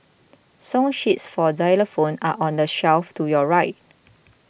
song sheets for xylophones are on the shelf to your right